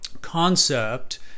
concept